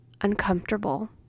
uncomfortable